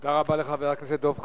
תודה רבה לחבר הכנסת דב חנין.